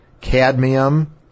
cadmium